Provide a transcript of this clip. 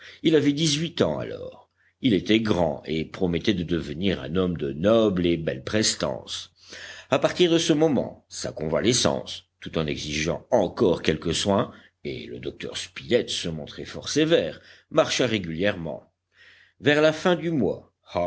il avait dix-huit ans alors il était grand et promettait de devenir un homme de noble et belle prestance à partir de ce moment sa convalescence tout en exigeant encore quelques soins et le docteur spilett se montrait fort sévère marcha régulièrement vers la fin du mois